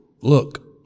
look